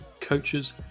coaches